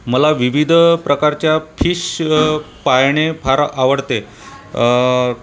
मला विविध प्रकारच्या फिश पाळणे फार आवडते